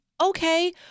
Okay